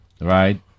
Right